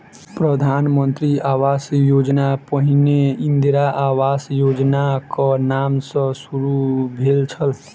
प्रधान मंत्री ग्रामीण आवास योजना पहिने इंदिरा आवास योजनाक नाम सॅ शुरू भेल छल